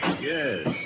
Yes